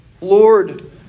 Lord